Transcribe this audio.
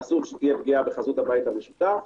אסור שתהיה פגיעה בחזות הבית המשותף.